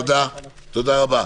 תודה רבה.